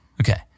Okay